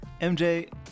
MJ